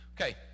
Okay